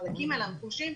לחלקים האלה המוחלשים,